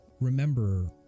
remember